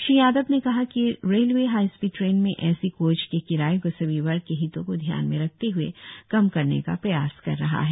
श्री यादव ने कहा कि रेलवे हाई स्पीड ट्रेन में एसी कोच के किराए को सभी वर्ग के हितों को ध्यान में रखते हए कम करने का प्रयास कर रहा है